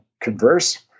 converse